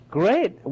great